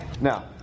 Now